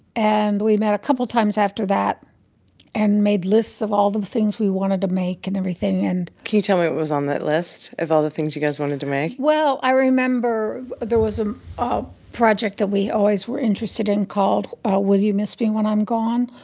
and we met a couple times after that and made lists of all the things we wanted to make and everything and. can you tell me what was on that list of all the things you guys wanted to make? well, i remember there was a project that we always were interested in called will you miss me when i'm gone?